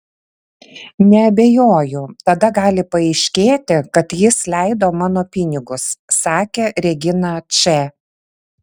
neabejoju tada gali paaiškėti kad jis leido mano pinigus sakė regina č